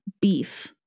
beef